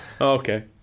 Okay